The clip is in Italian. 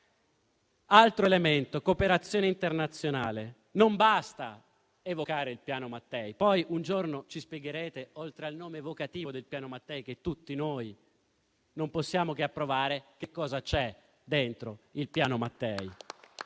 Altro elemento: la cooperazione internazionale. Non basta evocare il piano Mattei (poi un giorno ci spiegherete - oltre al nome evocativo del piano, che tutti noi non possiamo che approvare - cosa c'è al suo interno).